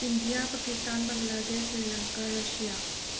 India Pakistan Bangladesh Sri Lanka Russia